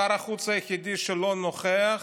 שר החוץ היחידי שלא נוכח